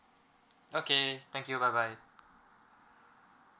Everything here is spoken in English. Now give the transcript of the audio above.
okay thank you bye bye